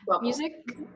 Music